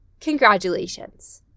congratulations